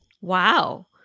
wow